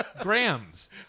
Grams